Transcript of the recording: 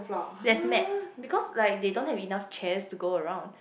there is mats because like they don't have enough chairs to go around